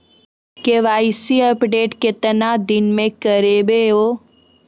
KYC update केतना दिन मे करेबे यो?